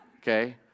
okay